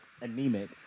anemic